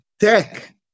tech